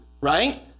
right